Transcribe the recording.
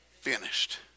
finished